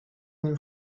nim